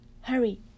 hurry